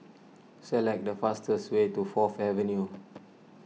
select the fastest way to Fourth Avenue